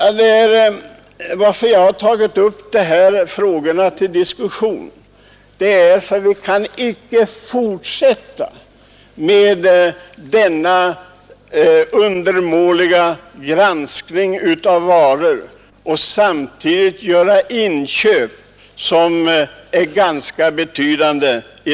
Anledningen till att jag tagit upp de här frågorna till diskussion är att vi inte kan fortsätta att ha undermålig granskning av varor när det gäller inköp som är ganska betydande.